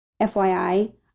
FYI